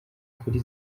kuri